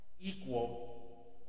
equal